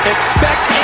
Expect